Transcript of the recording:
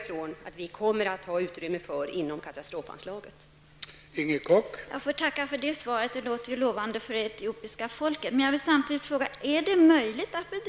Förhoppningsvis gäller detta också återuppbyggnadsverksamheten.